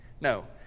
No